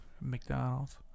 McDonald's